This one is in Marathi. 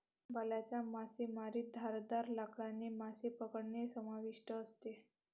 भाल्याच्या मासेमारीत धारदार लाकडाने मासे पकडणे समाविष्ट असते